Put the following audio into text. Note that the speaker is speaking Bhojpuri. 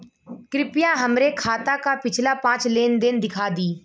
कृपया हमरे खाता क पिछला पांच लेन देन दिखा दी